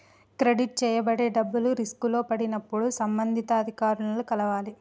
credit చేయబడే డబ్బులు రిస్కులో పడినప్పుడు సంబంధిత అధికారులను కలవాలి